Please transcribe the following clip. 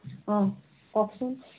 অঁ কওকচোন